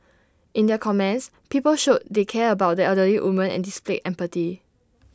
in their comments people showed they cared about the elderly woman and displayed empathy